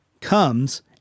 comes